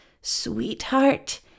sweetheart